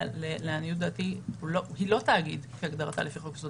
לעניות דעתי היא לא תאגיד כהגדרתה לפי חוק יסודות